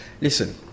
listen